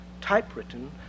typewritten